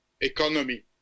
economy